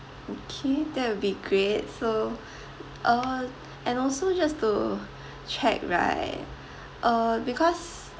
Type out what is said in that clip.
okay that will be great so uh and also just to check right uh because